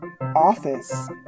Office